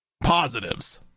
positives